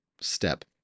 step